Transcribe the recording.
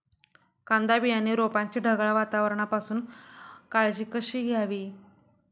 कांदा बियाणे रोपाची ढगाळ वातावरणापासून काळजी कशी घ्यावी?